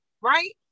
right